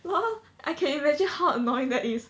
lol I can imagine how annoying that is